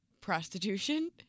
Prostitution